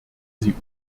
sie